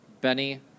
Benny